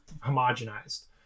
homogenized